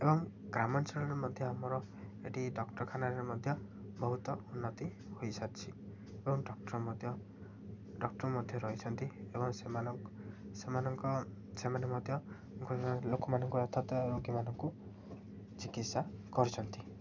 ଏବଂ ଗ୍ରାମାଞ୍ଚଳରେ ମଧ୍ୟ ଆମର ଏଇଠି ଡକ୍ଟରଖାନାରେ ମଧ୍ୟ ବହୁତ ଉନ୍ନତି ହୋଇସାରଛି ଏବଂ ଡକ୍ଟର ମଧ୍ୟ ଡକ୍ଟର ମଧ୍ୟ ରହିଛନ୍ତି ଏବଂ ସେମାନଙ୍କ ସେମାନେ ମଧ୍ୟ ଲୋକମାନଙ୍କ ଅଥତ ରୋଗୀମାନଙ୍କୁ ଚିକିତ୍ସା କରିଛନ୍ତି